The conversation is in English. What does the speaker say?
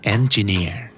Engineer